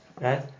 Right